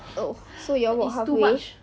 oh so you all walk halfway